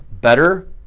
better